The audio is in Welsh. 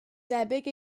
debyg